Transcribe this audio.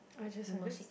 you must sit